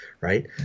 right